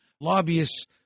lobbyists